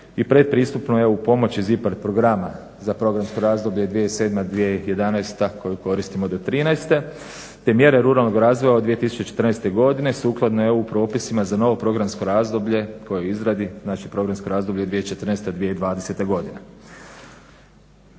i predpristupni EU pomoć iz IPA programa za programsko razdoblje 2007.-2011. koju koristimo do 2013. Te mjere ruralnog razvoja od 2014. godine sukladno EU propisima za novo programsko razdoblje koje je u izradi, znači programsko razdoblje 2014.-2020. godina.